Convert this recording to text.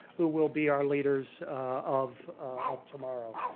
who will be our leaders of of tomorrow.